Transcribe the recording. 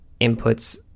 inputs